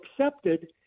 accepted